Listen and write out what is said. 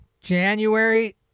January